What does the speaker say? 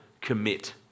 commit